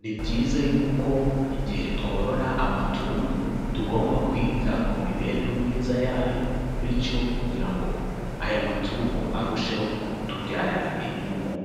ni byiza y'uko igihe tworora amatungo tugomba kwita ku mibereho myiza yayo bityo kugira ngo aya matungo arusheho kutubyarira inyungu.